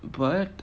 but